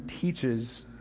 teaches